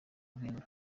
impundu